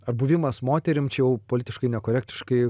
ar buvimas moterim čia jau politiškai nekorektiškai